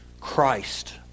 Christ